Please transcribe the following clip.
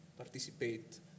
participate